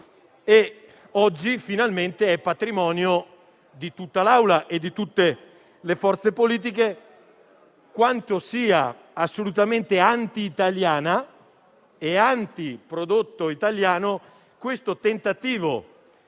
oggi è finalmente patrimonio di tutta l'Assemblea e le forze politiche quanto sia assolutamente anti-italiano e contro i prodotti italiani questo tentativo